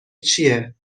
چیه